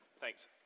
thanks